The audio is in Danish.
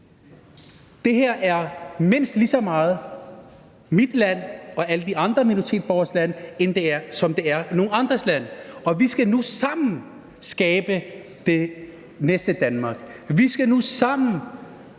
Det her er mindst lige så meget mit land og alle de andre minoritetsborgeres land, som det er nogle andres land. Og vi skal nu sammen skabe det næste Danmark; vi skal nu sammen